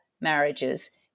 marriages